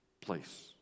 place